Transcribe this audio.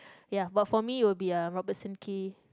ya but for me will be uh Robertson-Quay